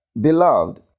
Beloved